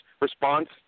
response